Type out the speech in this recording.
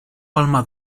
palma